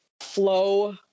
flow